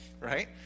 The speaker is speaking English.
right